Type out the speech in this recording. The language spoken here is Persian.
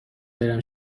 برم